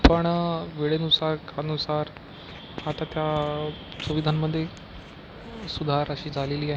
पण वेळेनुसार कानुसार आता त्या सुविधांमध्ये सुधार अशी झालेली आहे